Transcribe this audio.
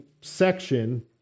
section